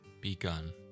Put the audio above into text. begun